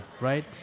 right